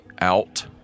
out